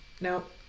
Nope